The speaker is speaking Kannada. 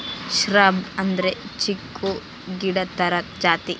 ಶ್ರಬ್ ಅಂದ್ರೆ ಚಿಕ್ಕು ಗಿಡ ತರ ಜಾತಿ